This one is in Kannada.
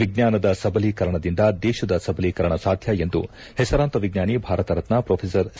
ವಿಜ್ಞಾನದ ಸಬಲೀಕರಣದಿಂದ ದೇಶದ ಸಬಲೀಕರಣ ಸಾಧ್ಯ ಎಂದು ಹೆಸರಾಂತ ವಿಜ್ಞಾನಿ ಭಾರತರತ್ನ ಮ್ರೊಫೆಸರ್ ಸಿ